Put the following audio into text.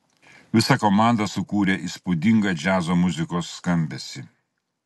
visa komanda sukūrė įspūdingą džiazo muzikos skambesį